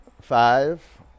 Five